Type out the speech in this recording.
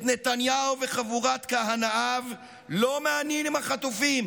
את נתניהו וחבורת כהנאיו לא מעניינים החטופים.